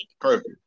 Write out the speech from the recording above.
perfect